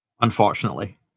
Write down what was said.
unfortunately